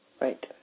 Right